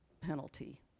penalty